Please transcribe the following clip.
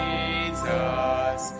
Jesus